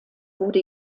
wurde